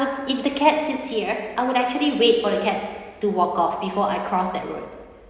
if the cat sits here I would actually wait for the cats to walk off before I cross that road